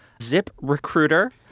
ZipRecruiter